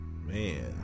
man